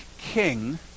king